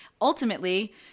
ultimately